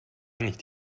nicht